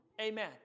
amen